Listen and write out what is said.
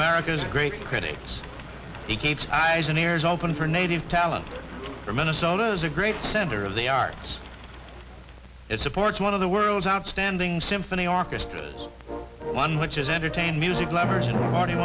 america's great critics he keeps eyes and ears open for native talent for minnesota's a great center of the arts it supports one of the world's outstanding symphony orchestra one which is entertained music lovers in forty